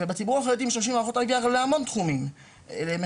בציבור החרדי משתמשים במערכות IVR בהמון תחומים במכירות,